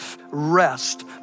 rest